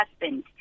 husband